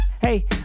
Hey